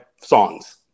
songs